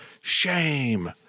Shame